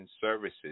Services